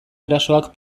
erasoak